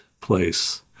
place